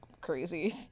crazy